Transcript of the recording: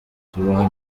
tubaha